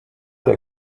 der